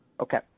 Okay